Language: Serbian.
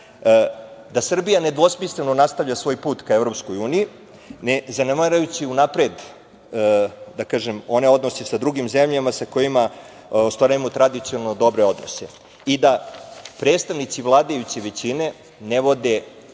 da Srbija nedvosmisleno nastavlja svoj put ka EU, ne zanemarujući unapred one odnose sa drugim zemljama sa kojima ostvarujemo tradicionalno dobre odnose, i da predstavnici vladajuće većine ne vode